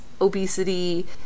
obesity